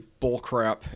bullcrap